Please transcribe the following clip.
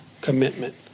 commitment